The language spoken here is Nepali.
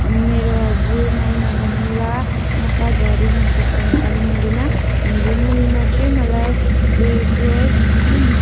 मेरो हजुर नाइ नभन्नु ल आप्पा झरी मनपर्छ नेपाली मुभीमा हिन्दी मुभीमा चाहिँ मलाई थ्री इडियट